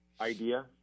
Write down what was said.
idea